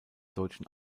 deutschen